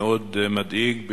מאוד מדאיג,